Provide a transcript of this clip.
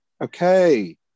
Okay